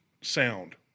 sound